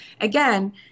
again